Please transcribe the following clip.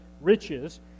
riches